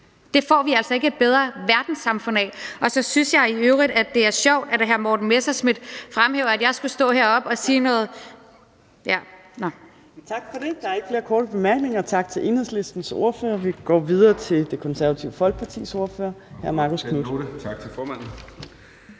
Det får vi altså ikke et bedre verdenssamfund af, og så synes jeg i øvrigt, at det er sjovt, at hr. Morten Messerschmidt fremhæver, at jeg skulle stå heroppe og sige noget ... Kl. 14:40 Fjerde næstformand (Trine Torp): Tak! Der er ikke flere korte bemærkninger. Tak til Enhedslistens ordfører. Vi går videre til Det Konservative Folkepartis ordfører, hr. Marcus Knuth. Kl.